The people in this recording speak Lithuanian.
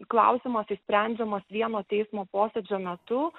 klausimas išsprendžiamas vieno teismo posėdžio metu